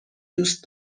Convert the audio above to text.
دوست